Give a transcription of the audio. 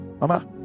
Mama